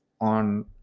on